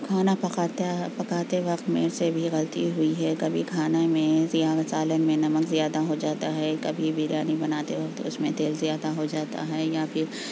کھانا پکاتے پکاتے وقت میرے سے بھی غلطی ہوئی ہے کبھی کھانے میں یا سالن میں نمک زیادہ ہوجاتا ہے کبھی بریانی بناتے وقت اس میں تیل زیادہ ہو جاتا ہے یا پھر